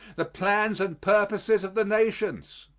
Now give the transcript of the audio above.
the plans and purposes of the nations.